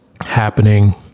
happening